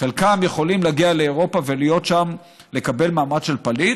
חלקם יכולים להגיע לאירופה ולהיות שם ולקבל מעמד של פליט,